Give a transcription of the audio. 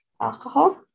alcohol